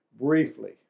briefly